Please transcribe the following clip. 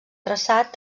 traçat